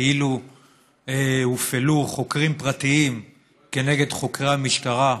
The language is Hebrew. כאילו הופעלו חוקים פרטיים כנגד חוקרי המשטרה,